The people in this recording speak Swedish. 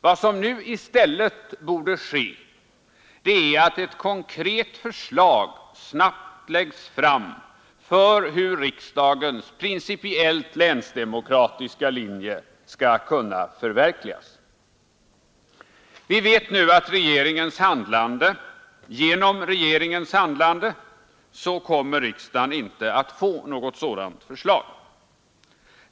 Vad som i stället borde ske är att ett konkret förslag snabbt läggs fram för hur riksdagens principiellt länsdemokratiska linje skall kunna förverkligas. Vi vet nu att genom regeringens handlande kommer riksdagen inte att få något sådant förslag.